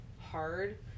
hard